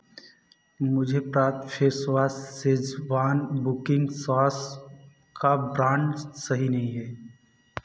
मुझे प्राप्त face wash schezwan booking sauce का ब्रांड सही नहीं है